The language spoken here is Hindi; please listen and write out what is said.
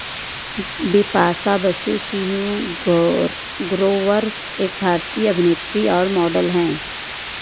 बिपाशा बसु सिंह गोर ग्रोवर एक भारतीय अभिनेत्री और मॉडल हैं